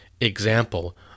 example